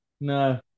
No